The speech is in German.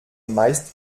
meist